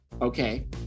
okay